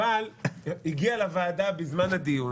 הגיע לוועדה בזמן הדיון